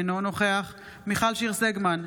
אינו נוכח מיכל שיר סגמן,